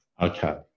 Okay